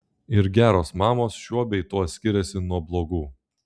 ir geros mamos šiuo bei tuo skiriasi nuo blogų